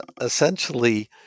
essentially